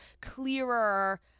clearer